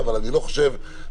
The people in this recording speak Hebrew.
אבל אני לא חושב שכדאי,